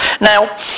Now